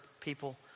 people